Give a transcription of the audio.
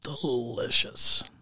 Delicious